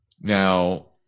Now